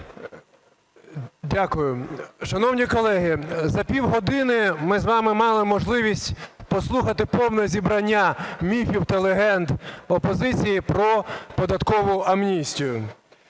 Дякую. Шановні колеги, за півгодини ми з вами мали можливість послухати повне зібрання міфів та легенд опозиції про податкову амністію.